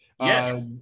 Yes